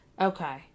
Okay